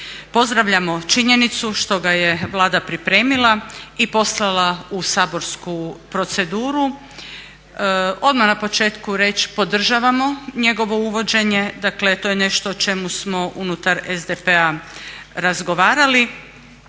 Pozdravljamo činjenicu što ga je Vlada pripremila i poslala u saborsku proceduru. Odmah na početku reći podržavamo njegovo uvođenje, dakle to je nešto o čemu smo unutar SDP-a razgovarali.